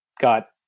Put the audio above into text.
got